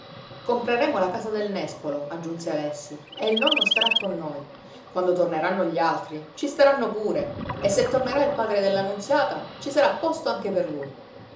compreremo la casa del nespolo aggiunse alessi e il nonno starà con noi quando torneranno gli altri ci staranno pure e se tornerà il padre della nunziata ci sarà posto anche per lui